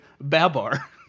Babar